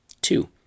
Two